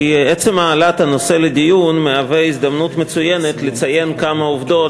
כי עצם העלאת הנושא לדיון מהווה הזדמנות מצוינת לציין כמה עובדות